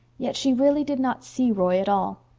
yet she really did not see roy at all.